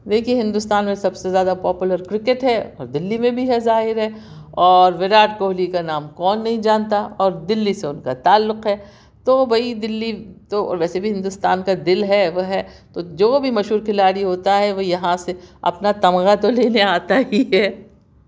دیکھئے ہندوستان میں سب سے زیادہ پاپولر کرکٹ ہے اور دلی میں بھی ہے ظاہر ہے اور وراٹ کوہلی کا نام کون نہیں جانتا اور دلی سے ان کا تعلق ہے تو بھئی دلی تو اور ویسے بھی ہندوستان کا دل ہے وہ ہے تو جو بھی مشہور کھلاڑی ہوتا ہے وہ یہاں سے اپنا تمغہ تو لینے آتا ہی ہے